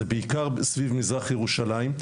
זה בעיקר סביב מזרח ירושלים.